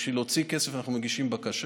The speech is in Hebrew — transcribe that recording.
בשביל להוציא כסף אנחנו מגישים בקשה,